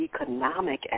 economic